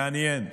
מעניין.